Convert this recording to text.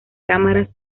cámaras